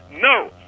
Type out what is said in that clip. no